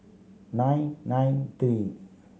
nine nine three